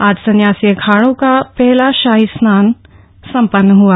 आज संन्यासी अखाड़ों का पहला शाही स्नान संपन्न हआ